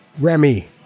Remy